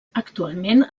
actualment